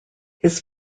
his